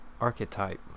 archetype